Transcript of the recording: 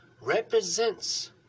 represents